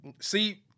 See